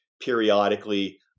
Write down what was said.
periodically